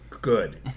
Good